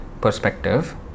perspective